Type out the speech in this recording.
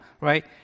right